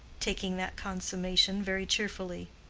taking that consummation very cheerfully.